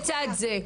לצד זה,